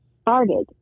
started